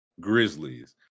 Grizzlies